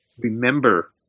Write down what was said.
remember